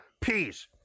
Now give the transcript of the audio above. peace